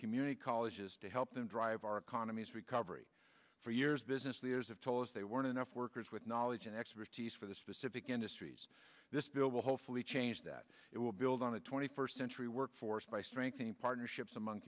community colleges to help them drive our economies recovery for years business leaders have told us they weren't enough workers with knowledge and expertise for the specific industries this bill will hopefully change that it will build on the twenty first century workforce by strengthening partnerships among